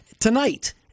tonight